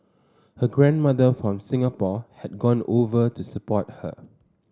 her grandmother from Singapore had gone over to support her